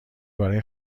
برای